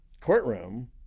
courtroom